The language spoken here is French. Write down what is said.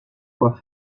quoi